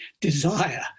desire